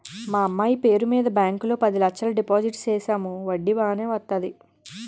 మా అమ్మాయి పేరు మీద బ్యాంకు లో పది లచ్చలు డిపోజిట్ సేసాము వడ్డీ బాగానే వత్తాది